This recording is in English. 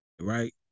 right